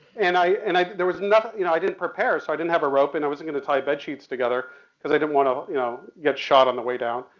and i, and i, there was nothing, you know, i didn't prepare, so i didn't have a rope and i wasn't gonna tie bed sheets together because i didn't want to you know get shot on the way down.